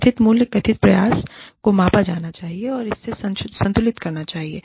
कथित मूल्य कथित प्रयास को मापा जाना चाहिए और उसमे संतुलित होना चाहिए